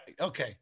Okay